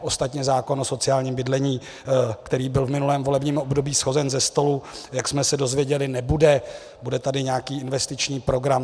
Ostatně zákon o sociálním bydlení, který byl v minulém období shozen ze stolu, jak jsme se dozvěděli, nebude, bude tady nějaký investiční program.